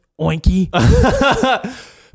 oinky